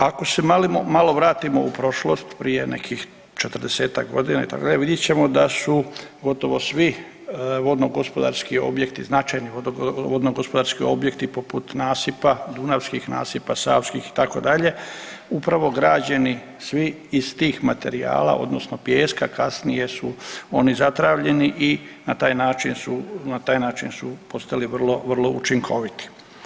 Ako se malo vratimo u prošlost, prije nekih 40-ak godina itd., vidjet ćemo da su gotovo svi vodno-gospodarski objekti, značajni vodno-gospodarski objekti poput nasipa, dunavskih nasipa, savskih itd., upravo građeni svi iz materijala odnosno pijeska, kasnije su oni zatravljeni i na taj način su postali vrlo učinkoviti.